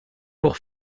pour